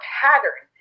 pattern